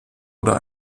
oder